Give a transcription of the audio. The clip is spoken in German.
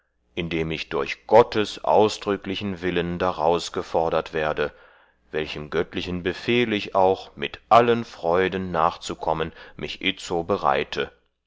indem ich durch gottes ausdrücklichen willen daraus gefodert werde welchem göttlichen befehl ich auch mit allen freuden nachzukommen mich itzo bereite